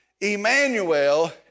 Emmanuel